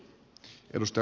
arvoisa puhemies